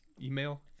email